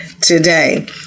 today